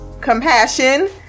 compassion